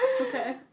Okay